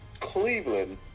Cleveland